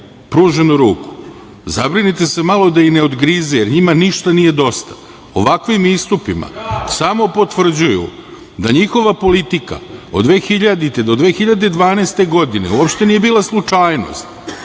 pruženu ruku, zabrinite se malo da je ne odgrize, jer njima ništa nije dosta. Ovakvim istupima samo potvrđuju da njihova politika od 2000. do 2012. godine uopšte nije bila slučajnost.